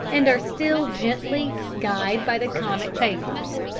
and are still gently guyed by the comic papers.